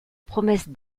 promesse